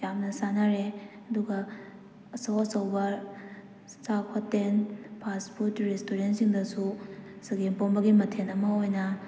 ꯌꯥꯝꯅ ꯆꯥꯅꯔꯦ ꯑꯗꯨꯒ ꯑꯆꯧ ꯑꯆꯧꯕ ꯆꯥꯛ ꯍꯣꯇꯦꯜ ꯐꯥꯁ ꯐꯨꯗ ꯔꯦꯁꯇꯨꯔꯦꯟꯁꯤꯡꯗꯁꯨ ꯆꯒꯦꯝꯄꯣꯝꯕꯒꯤ ꯃꯊꯦꯜ ꯑꯃ ꯑꯣꯏꯅ